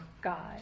God